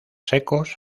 secos